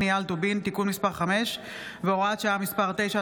קנייה על טובין (תיקון מס' 5 והוראת שעה מס' 9),